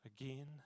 again